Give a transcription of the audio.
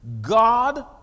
God